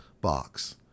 box